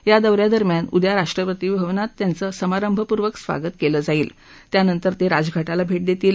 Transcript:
या दौऱ्यादरम्यान उद्या राष्ट्रपती भवनात त्यांच समारभपूर्वक स्वागत केलं जाईल त्यानंतर ते राजघाटाला भेट देतील